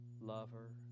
lover